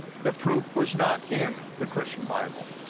the proof was not in the christian bible,